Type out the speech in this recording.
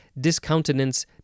discountenance